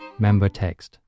MemberText